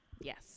Yes